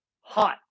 hot